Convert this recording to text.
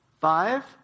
Five